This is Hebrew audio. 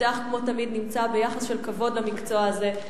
המפתח כמו תמיד נמצא ביחס של כבוד למקצוע הזה.